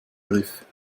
griff